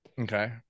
Okay